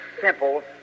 simple